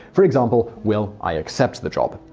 for example, will i accept the job?